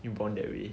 you born that way